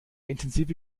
intensive